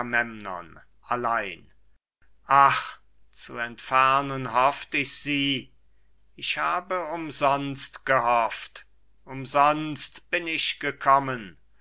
allein ach zu entfernen hofft ich sie ich habe umsonst gehofft umsonst bin ich gekommen